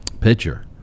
Pitcher